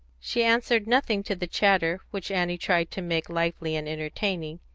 she answered nothing to the chatter which annie tried to make lively and entertaining,